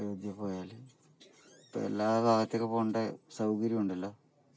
അയോദ്ധ്യേയിൽ പോയാല് ഇപ്പം എല്ലാ ഭാഗത്തേക്കും പോകണ്ട സൗകര്യം ഉണ്ടല്ലോ